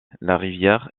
larivière